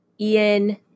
Ian